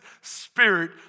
spirit